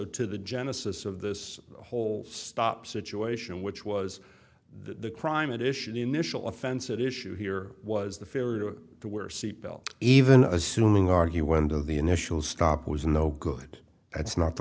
to the genesis of this whole stop situation which was the crime addition initial offense at issue here was the ferry where seatbelt even assuming argue went to the initial stop was no good that's not the